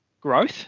growth